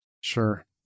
Sure